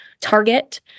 Target